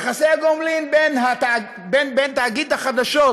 יחסי הגומלין בין תאגיד החדשות